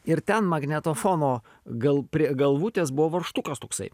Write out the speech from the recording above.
ir ten magnetofono gal prie galvutės buvo varžtukas toksai